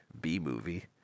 B-movie